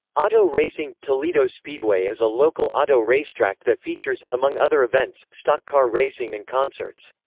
auto racing toledo speedway is a local auto racetrack that features, among other events, stock car racing and concerts.